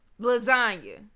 lasagna